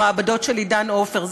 במעבדות של עידן עופר.